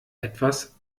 etwas